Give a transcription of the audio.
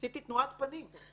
כי שם יש תוספת של טעמים שיירשמו.